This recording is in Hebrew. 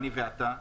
אני ואתה.